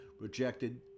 rejected